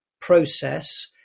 process